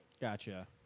Gotcha